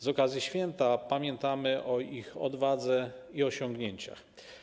Z okazji święta pamiętamy o ich odwadze i osiągnięciach.